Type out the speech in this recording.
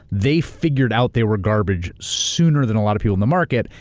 they figured out they were garbage sooner than a lot of people in the market,